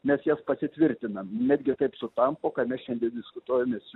mes jas pasitvirtinam netgi taip sutapo kad mes šiandien diskutuojame su